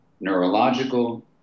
neurological